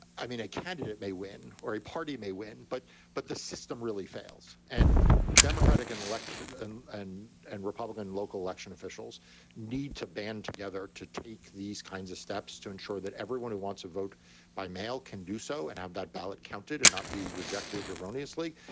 i mean, a candidate may win or a party may win, but but the system really fails. and democratic electorate and and republican local election officials need to band together to take these kinds of steps to ensure that everyone who wants a vote by mail can do so and have that ballot counted and not be rejected erroneously.